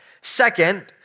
Second